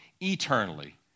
eternally